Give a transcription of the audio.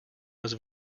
was